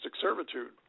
servitude